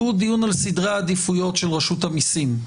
והוא דיון על סדרי העדיפויות של רשות המיסים.